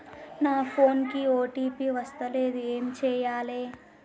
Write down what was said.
నా ఫోన్ కి ఓ.టీ.పి వస్తలేదు ఏం చేయాలే?